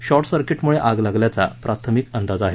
short सर्किटमुळे आग लागल्याचा प्राथमिक अंदाज आहे